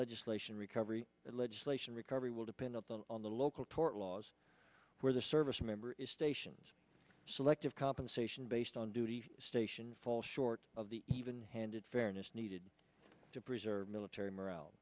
legislation recovery legislation recovery will depend on the local tort laws where the service member stations selective compensation based on duty station falls short of the even handed fairness needed to preserve military morale